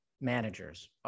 managers